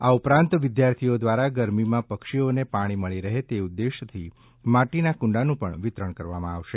આ ઉપરાંત વિદ્યાર્થીઓ દ્વારા ગરમીમાં પક્ષીઓને પાણી મળી રહે તે ઉદેશથી માટીનાં કુંડાનું પણ વિતરણ કરવામાં આવશે